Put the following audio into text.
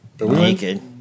Naked